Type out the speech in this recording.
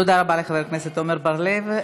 תודה רבה לחבר הכנסת עמר בר-לב.